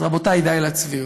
אז רבותיי, די לצביעות,